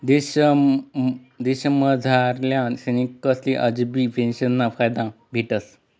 देशमझारल्या सैनिकसले आजबी पेंशनना फायदा भेटस